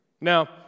Now